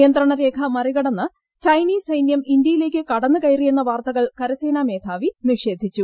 നിയന്ത്രണ രേഖ മറികടന്ന് ചൈനീസ് സൈന്യം ഇന്ത്യയിലേക്ക് കടന്നു കയറിയെന്ന വാർത്തകൾ കരസേനാ മേധാവി നിഷേധിച്ചു